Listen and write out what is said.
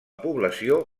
població